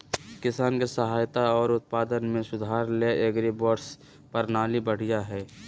किसान के सहायता आर उत्पादन में सुधार ले एग्रीबोट्स प्रणाली बढ़िया हय